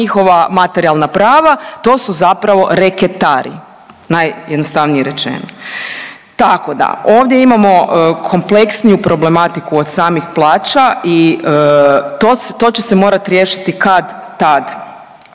njihova materijalna prava. To su zapravo reketari najjednostavnije rečeno. Tako da ovdje imamo kompleksniju problematiku od samih plaća i to će se morati riješiti kad-tad.